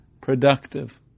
productive